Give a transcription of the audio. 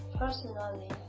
Personally